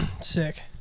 Sick